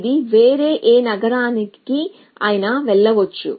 ఇది వేరే ఏ నగరానికి అయినా వెళ్ళవచ్చు